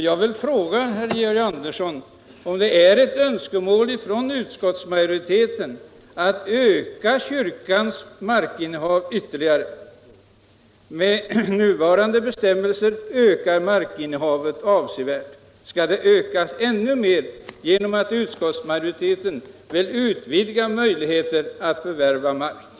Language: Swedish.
Jag vill fråga herr Andersson om det är ett önskemål från utskottsmajoriteten att öka kyrkans markinnehav ytterligare. Med nuvarande bestämmelser ökar markinnehavet avsevärt. Skall det öka ännu mer genom att utskottsmajoriteten vill utvidga möjligheterna för kyrkan att förvärva mark?